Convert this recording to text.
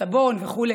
סבון וכו'.